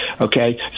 okay